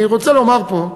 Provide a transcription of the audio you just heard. אני רוצה לומר פה,